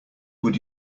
would